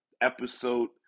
episode